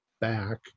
Back